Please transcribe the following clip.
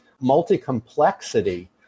multi-complexity